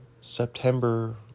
September